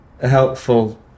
helpful